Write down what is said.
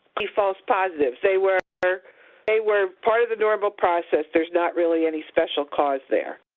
be false positives. they were they were part of the normal process. there's not really any special cause there.